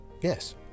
Yes